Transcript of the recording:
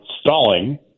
stalling